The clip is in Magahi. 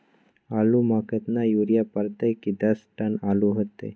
आलु म केतना यूरिया परतई की दस टन आलु होतई?